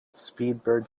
speedbird